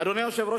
אדוני היושב-ראש,